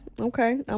okay